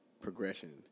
progression